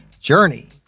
journey